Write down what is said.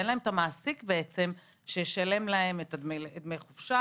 בעצם אין להם את המעסיק שישלם להם דמי חופשה,